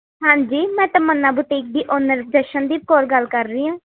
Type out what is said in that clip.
ਹਾਂਜੀ ਮੈਂ ਤਮੰਨਾ ਬੁਟੀਕ ਦੀ ਓਨਰ ਜਸ਼ਨਦੀਪ ਕੌਰ ਗੱਲ ਕਰ ਰਹੀ ਹਾਂ